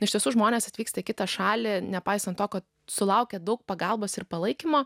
iš tiesų žmonės atvyksta į kitą šalį nepaisant to kad sulaukė daug pagalbos ir palaikymo